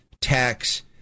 tax